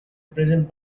present